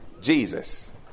Jesus